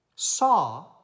Saw